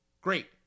Great